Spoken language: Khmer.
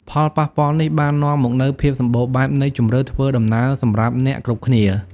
ផលប៉ះពាល់នេះបាននាំមកនូវភាពសម្បូរបែបនៃជម្រើសធ្វើដំណើរសម្រាប់អ្នកគ្រប់គ្នា។